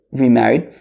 remarried